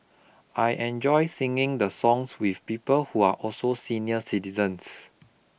I enjoy singing the songs with people who are also senior citizens